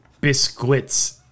biscuits